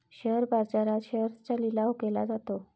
share बाजारात शेअर्सचा लिलाव केला जातो